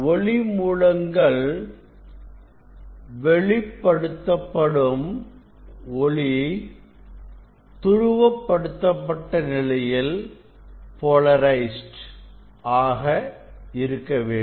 ஒளி மூலங்கள்வெளிப்படுத்தப்படும் ஒளி துருவப் படுத்தப்பட்ட நிலையில் இருக்க வேண்டும்